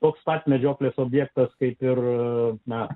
toks pat medžioklės objektas kaip ir na